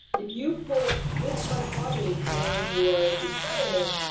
if you put this much money in your retirement,